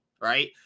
right